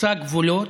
חצה גבולות,